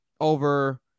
over